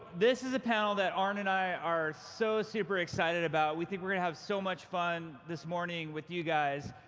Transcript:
this is a panel that arn and i are so super excited about. we think we're going to have so much fun this morning with you guys.